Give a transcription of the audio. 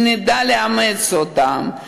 אם נדע לאמץ אותם,